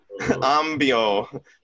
Ambio